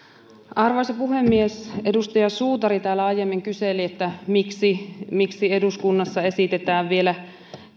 arvoisa puhemies edustaja suutari täällä aiemmin kyseli miksi miksi eduskunnassa esitetään vielä